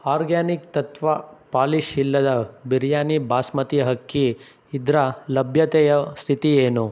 organic ತತ್ತ್ವ polish ಇಲ್ಲದ ಬಿರಿಯಾನಿ ಬಾಸ್ಮತಿ ಅಕ್ಕಿ ಇದರ ಲಭ್ಯತೆಯ ಸ್ಥಿತಿ ಏನು